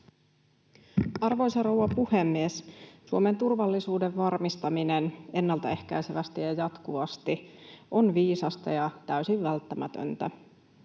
Arvoisa rouva puhemies! Suomen turvallisuuden varmistaminen ennaltaehkäisevästi ja jatkuvasti on viisasta ja täysin välttämätöntä.